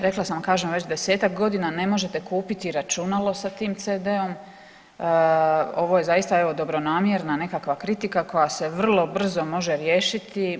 Rekla sam kažem već 10-ak godina ne možete kupiti računalo sa tim CD-om, ovo je zaista evo dobronamjerna neka kritika koja se vrlo brzo može riješiti.